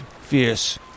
fierce